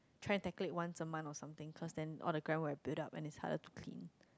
try tackling once a month or something cause then all the gram will build up and it's harder to clean